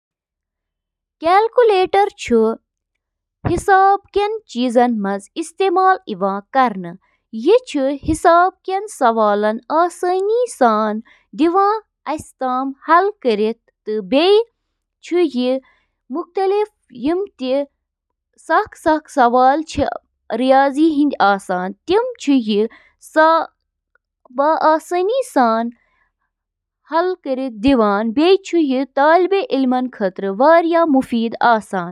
Dish washer چھِ اکھ یِژھ مِشیٖن یۄسہٕ ڈِشوار، کُک ویئر تہٕ کٹلری پٲنۍ پانے صاف کرنہٕ خٲطرٕ استعمال چھِ یِوان کرنہٕ۔ ڈش واشرٕچ بنیٲدی کٲم چھِ برتن، برتن، شیشہِ ہٕنٛدۍ سامان تہٕ کُک ویئر صاف کرٕنۍ۔